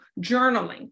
journaling